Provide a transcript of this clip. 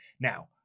Now